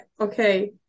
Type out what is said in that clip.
Okay